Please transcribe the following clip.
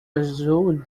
azul